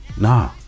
Nah